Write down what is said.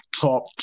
top